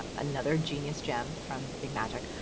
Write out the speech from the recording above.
ah another genius gem from big magic,